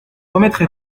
remettrai